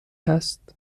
هست